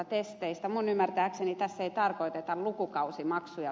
minun ymmärtääkseni tässä ei tarkoiteta lukukausimaksuja